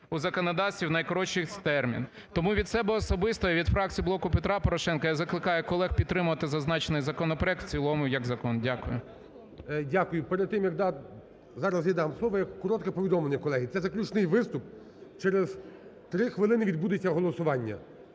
у законодавстві в найкоротший термін. Тому від себе особисто і від фракції "Блоку Петра Порошенка" я закликаю колег підтримати зазначений законопроект у цілому як закон. Дякую. ГОЛОВУЮЧИЙ. Дякую. Перед тим, як дати… Зараз я дам слово. Коротке повідомлення, колеги. Це заключний виступ. Через 3 хвилин відбудеться голосування.